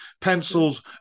pencils